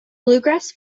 bluegrass